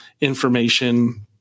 information